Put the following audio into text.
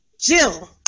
Jill